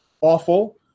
awful